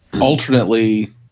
Alternately